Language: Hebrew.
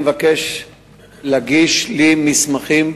אני מבקש להגיש לי מסמכים